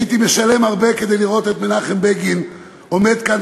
הייתי משלם הרבה כדי לראות את מנחם בגין עומד כאן,